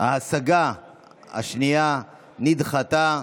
השנייה נדחתה.